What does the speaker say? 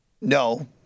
No